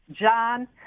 John